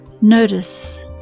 Notice